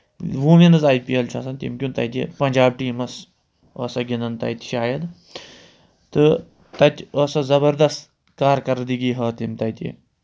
women's آی پی ایل چھِ آسان تٔمۍ گیُنٛد تَتہِ پَنجاب ٹیٖمَس ٲس سۄ گِنٛدان تَتہِ شاید تہٕ تَتہِ ٲس سۄ زَبَردَس کارکردٕگی ہٲو تٔمۍ تَتہِ